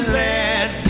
let